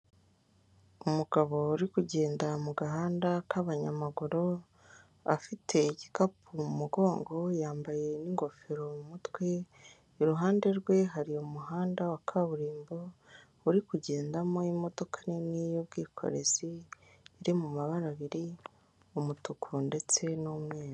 Umugabo uri kugendera mu gahanda k'abanyamaguru, afite igikapu mu mugongo yambaye n'ingofero mu mutwe, iruhande rwe hari umuhanda wa kaburimbo uri kugendamo imodoka nini y'ubwikorezi iri mu mabara abiri umutuku ndetse n'umweru.